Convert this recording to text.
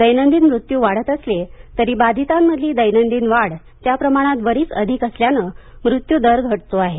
दैनंदिन मृत्यू वाढत असले तरी बाधितांमधली दैनंदिन वाढ त्या प्रमाणात बरीच अधिक असल्यानं मृत्यू दर घटतो आहे